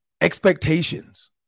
expectations